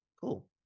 Cool